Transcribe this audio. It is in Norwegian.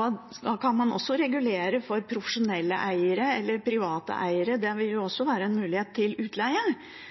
og da kan man også regulere for profesjonelle eiere eller private eiere. Det vil også være en mulighet til utleie.